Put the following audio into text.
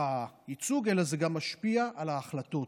אלא זה משפיע גם על ההחלטות,